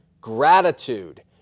gratitude